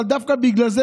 אבל דווקא בגלל זה,